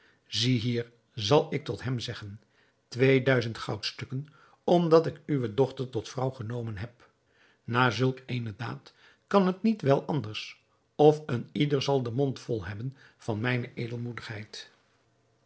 ziehier zal ik tot hem zeggen twee duizend goudstukken omdat ik uwe dochter tot vrouw genomen heb na zulk eene daad kan het niet wel anders of een ieder zal den mond vol hebben van mijne edelmoedigheid